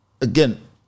again